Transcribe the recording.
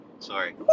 Sorry